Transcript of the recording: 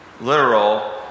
literal